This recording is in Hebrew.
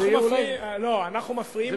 לא, אנחנו מפריעים להם.